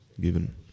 given